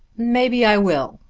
may be i will.